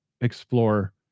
explore